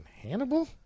Hannibal